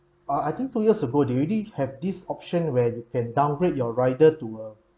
I I think two years ago they already have this option where you can downgrade your rider to a